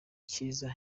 cyiza